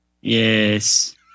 Yes